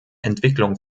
entwicklung